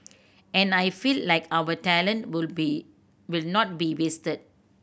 and I feel like our talent would be would not be wasted